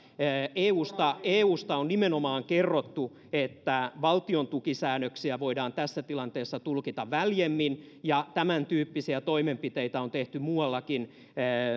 eusta eusta on nimenomaan kerrottu että valtiontukisäännöksiä voidaan tässä tilanteessa tulkita väljemmin ja tämäntyyppisiä toimenpiteitä on tehty muuallakin